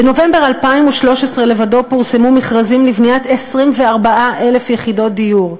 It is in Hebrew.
בנובמבר 2013 לבדו פורסמו מכרזים לבניית 24,000 יחידות דיור.